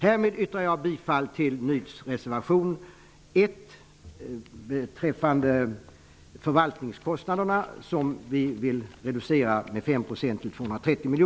Härmed yrkar jag bifall till Ny demokratis reservation nr 1 beträffande förvaltningskostnaderna, som vi vill reducera till